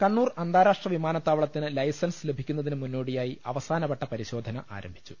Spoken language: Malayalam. കണ്ണൂർ അന്താരാഷ്ട്ര വിമാനത്താവളത്തിന് ലൈസൻസ് ലഭി ക്കുന്നതിന് മുന്നോടിയായി അവസാനവട്ട പരിശോധന ആരംഭി ച്ചു